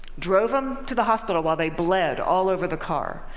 drove them to the hospital while they bled all over the car,